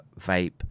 vape